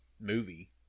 movie